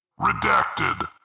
redacted